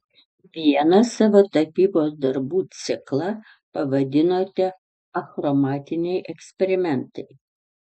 vieną savo tapybos darbų ciklą pavadinote achromatiniai eksperimentai